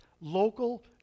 local